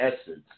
essence